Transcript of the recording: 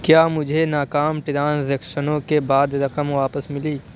کیا مجھے ناکام ٹرانزیکشنوں کے بعد رقم واپس ملی